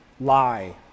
lie